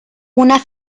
una